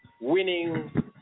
winning